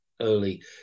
early